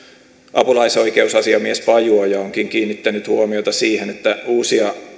apulaisoikeusasiamies pajuoja onkin kiinnittänyt huomiota siihen että uusia